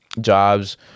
jobs